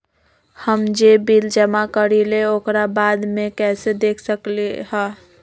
हम जे बिल जमा करईले ओकरा बाद में कैसे देख सकलि ह?